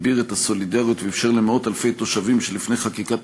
הגביר את הסולידריות ואפשר למאות-אלפי תושבים שלפני חקיקת